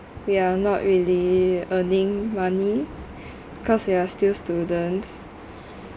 we're not really earning money cause we are still students